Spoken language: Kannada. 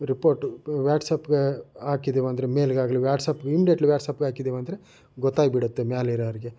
ರಿಪೋರ್ಟ್ ವ್ಯಾಟ್ಸಾಪ್ಗೆ ಹಾಕಿದ್ದೀವೆಂದರೆ ಮೇಲ್ಗೆ ಆಗಲಿ ವ್ಯಾಟ್ಸಾಪ್ ಇಮ್ಡಿಯೆಟ್ಲಿ ವ್ಯಾಟ್ಸಾಪ್ಗೆ ಹಾಕಿದ್ದೀವಿ ಅಂದರೆ ಗೊತ್ತಾಗಿಬಿಡುತ್ತೆ ಮೇಲೆ ಇರೋರಿಗೆ